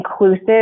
inclusive